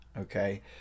Okay